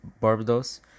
Barbados